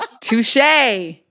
touche